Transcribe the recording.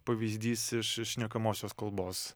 pavyzdys iš iš šnekamosios kalbos